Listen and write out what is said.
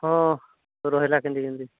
ହଁ ରହେଲା କେନ୍ତି କେନ୍ତି